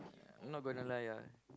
not gonna lie ah